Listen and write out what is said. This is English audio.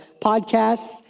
podcasts